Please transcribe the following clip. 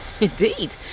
Indeed